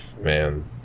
Man